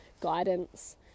guidance